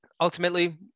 ultimately